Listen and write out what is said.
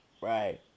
Right